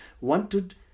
wanted